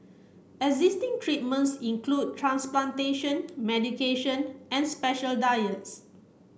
existing treatments include transplantation medication and special diets